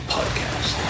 Podcast